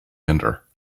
hinder